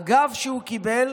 אגב, הוא קיבל